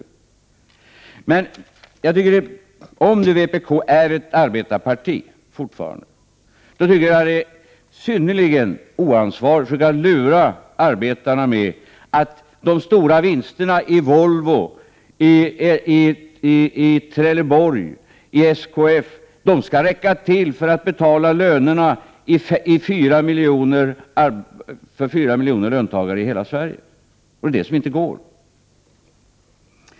Om nu vpk fortfarande är ett arbetarparti är det synnerligen oansvarigt att försöka lura arbetarna med att de stora vinsterna i Volvo, Trelleborg och SKF skall räcka till för att betala lönerna för fyra miljoner löntagare i hela Sverige. Det är det som inte går.